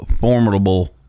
formidable